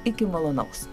iki malonaus